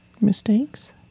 mistakes